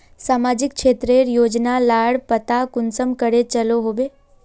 सामाजिक क्षेत्र रेर योजना लार पता कुंसम करे चलो होबे?